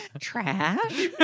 Trash